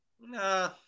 No